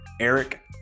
Eric